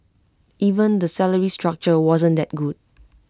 even the salary structure wasn't that good